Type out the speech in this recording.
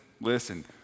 listen